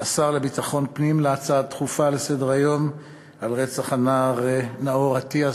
השר לביטחון פנים להצעה דחופה לסדר-היום על רצח הנער נאור אטיאס,